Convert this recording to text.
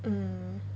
mm